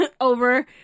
Over